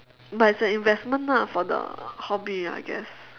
but it's an investment lah for the hobby I guess